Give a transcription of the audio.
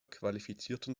qualifizierten